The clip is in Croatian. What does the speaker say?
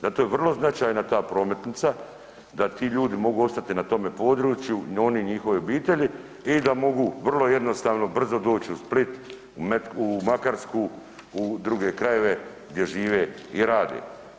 Zato je vrlo značajna ta prometnica da ti ljudi mogu opstati na tome području, oni i njihove obitelji i da mogu vrlo jednostavno brzo doći u Split, u Makarsku, u druge krajeve gdje žive i rade.